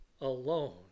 alone